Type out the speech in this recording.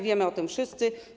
Wiemy o tym wszyscy.